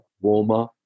warmer